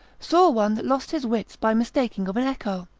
saw one that lost his wits by mistaking of an echo.